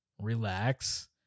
Relax